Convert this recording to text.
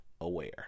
aware